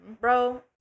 Bro